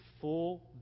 full